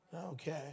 okay